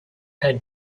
had